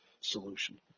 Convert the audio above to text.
solution